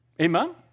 Amen